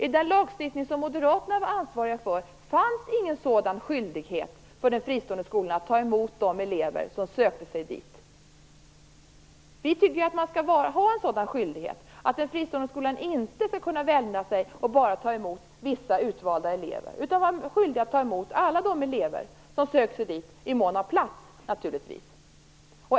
I den lagstiftning som Moderaterna var ansvarig för fanns ingen sådan skyldighet för den fristående skolan att ta emot de elever som sökte sig dit. Vi tycker att det skall finnas en sådan skyldighet, att den fristående skolan inte skall kunna värja sig och bara ta emot vissa utvalda elever. De skall i stället vara skyldiga att ta emot alla de elever som söker sig dit, i mån av plats naturligtvis.